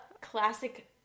classic